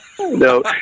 No